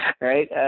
Right